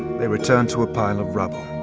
they returned to a pile of rubble.